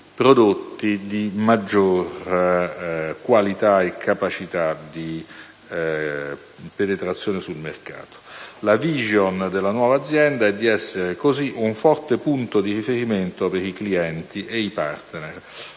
prodotti di maggiore qualità e capacità di penetrazione sul mercato. La dichiarata *vision* della nuova azienda è di essere così un forte punto di riferimento per i clienti e i *partner*,